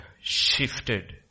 shifted